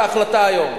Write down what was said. עד ההחלטה היום.